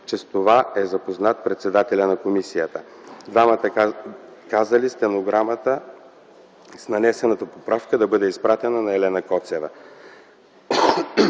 „че с това е запознат председателят на комисията”. Двамата казали стенограмата с нанесената поправка да бъде изпратена на Елена Коцева.